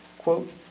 Quote